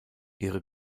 ihre